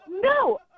No